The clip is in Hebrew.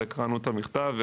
וקראנו את המכתב,